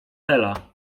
ela